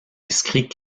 inscrit